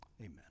amen